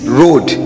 road